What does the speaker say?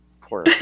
poor